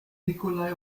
nikolai